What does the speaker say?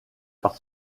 par